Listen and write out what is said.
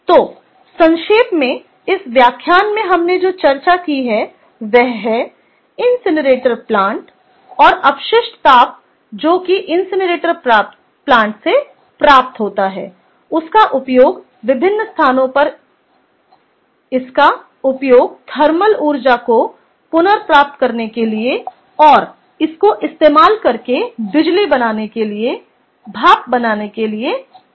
तो संक्षेप में इस व्याख्यान में हमने जो चर्चा की है वह है इनसिनरेटर प्लांट और अपशिष्ट ताप जो कि इनसिनरेटर प्लांट से प्राप्त होता है उसका उपयोग विभिन्न स्थानों पर इसका उपयोग थर्मल ऊर्जा को पुनर्प्राप्त करने के लिए और इसको इस्तेमाल करके बिजली बनाने के लिए भाप बनाने के लिए किया जाता है